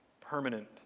permanent